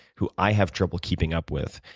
who i have trouble keeping up with,